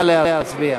נא להצביע.